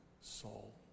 soul